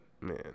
man